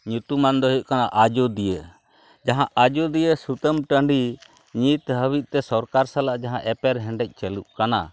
ᱧᱩᱛᱩᱢᱟᱱᱫᱚ ᱦᱩᱭᱩᱜ ᱠᱟᱱᱟ ᱟᱡᱳᱫᱤᱭᱟᱹ ᱡᱟᱦᱟᱸ ᱟᱡᱳᱫᱤᱭᱟᱹ ᱥᱩᱛᱟᱹᱱ ᱴᱟᱺᱰᱤ ᱱᱤᱛ ᱦᱟᱹᱵᱤᱡᱛᱮ ᱥᱚᱨᱠᱟᱨ ᱥᱟᱞᱟᱜ ᱡᱟᱦᱟᱸ ᱮᱯᱮᱨᱦᱮᱸᱰᱮᱡ ᱪᱟᱹᱞᱩᱜ ᱠᱟᱱᱟ